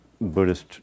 Buddhist